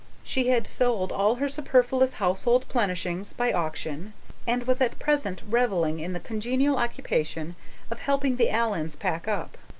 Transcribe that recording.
she had sold all her superfluous household plenishings by auction and was at present reveling in the congenial occupation of helping the allans pack up.